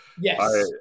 Yes